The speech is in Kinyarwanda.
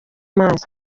mazi